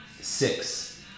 six